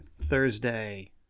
Thursday